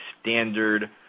standard